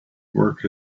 work